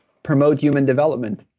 promote human development,